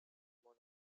moon